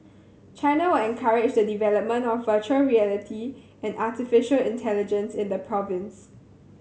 China will encourage the development of virtual reality and artificial intelligence in the province